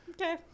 Okay